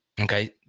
Okay